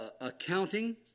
accounting